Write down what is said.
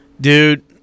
Dude